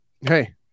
hey